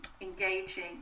engaging